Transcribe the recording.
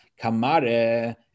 Kamare